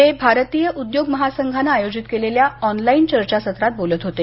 ते आज भारतीय उद्योग महासंघानं आयोजित केलेल्या ऑनलाईन चर्चा सत्रात बोलत होते